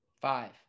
Five